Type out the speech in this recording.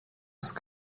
ist